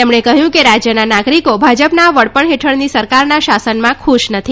તેમણે કહ્યું કે રાજ્યના નાગરિકો ભાજપના વડપણ હેઠળની સરકારના શાસનમાં ખુશ નથી